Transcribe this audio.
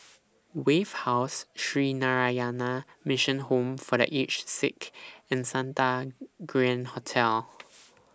Wave House Sree Narayana Mission Home For The Aged Sick and Santa Grand Hotel